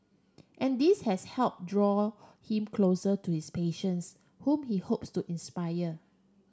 and this has helped draw him closer to his patients whom he hopes to inspire